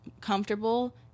comfortable